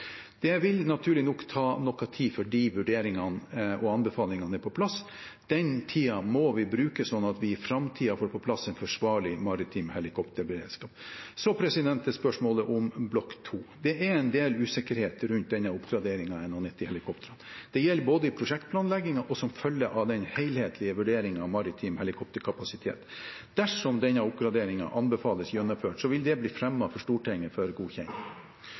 Det vil naturlig nok ta noe tid før de vurderingene og anbefalingene er på plass. Den tiden må vi bruke sånn at vi i framtiden får på plass en forsvarlig maritim helikopterberedskap. Så til spørsmålet om Block 2. Det er en del usikkerhet rundt denne oppgraderingen av NH90-helikoptrene. Det gjelder både i prosjektplanleggingen og som følge av den helhetlige vurderingen av maritim helikopterkapasitet. Dersom denne oppgraderingen anbefales gjennomført, vil det bli fremmet for Stortinget for godkjenning.